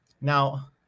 Now